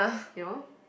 you know